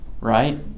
right